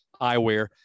eyewear